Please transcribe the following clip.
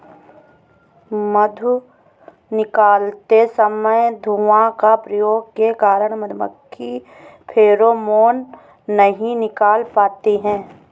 मधु निकालते समय धुआं का प्रयोग के कारण मधुमक्खी फेरोमोन नहीं निकाल पाती हैं